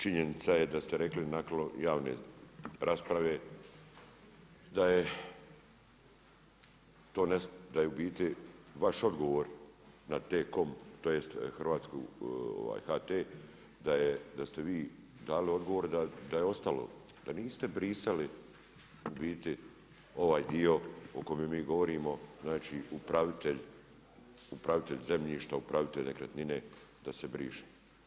Činjenica je da ste rekli nakon javne rasprave da je u biti vaš odgovor na T-COM, tj. Hrvatskog HT, da ste vi dali odgovor dali da je ostalo, da niste brisali u biti ovaj dio o kome mi govorimo, znači upravitelj zemljišta, upravitelj nekretnine da se briše.